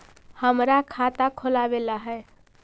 हमरा खाता खोलाबे ला है?